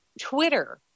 Twitter